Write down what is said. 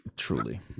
Truly